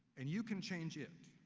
and you can change it.